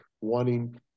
wanting